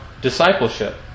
discipleship